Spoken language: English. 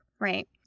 Right